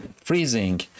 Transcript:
freezing